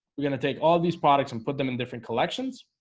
we're going to take all these products and put them in different collections